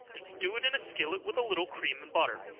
and stew it in a skillet with a little cream and butter.